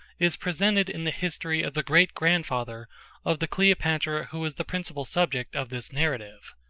is presented in the history of the great-grandfather of the cleopatra who is the principal subject of this narrative.